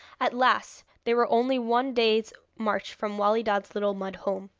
at last they were only one day's march from wali dad's little mud home.